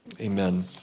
Amen